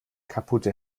kaputte